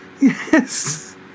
Yes